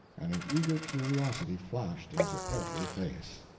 and an eager curiosity flashed into every face.